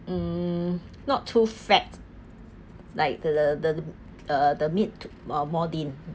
mm not too fat like the the uh the meat uh more lean